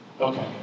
okay